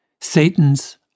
Satan's